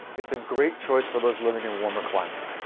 it's a great choice for those living in warmer climates.